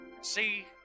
See